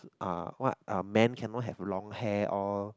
ah what uh men cannot have long hair all